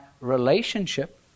relationship